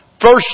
First